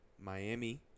Miami